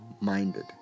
minded